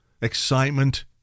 excitement